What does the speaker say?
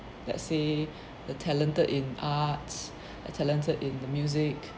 let's say they're talented in arts they're talented in the music